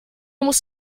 muss